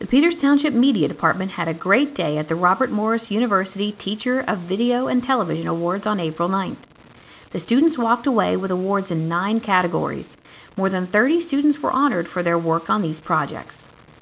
township media department had a great day at the robert morris university teacher of video and television awards on april ninth the students walked away with awards and nine categories more than thirty students were honored for their work on these projects